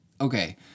Okay